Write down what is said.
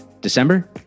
December